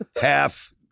half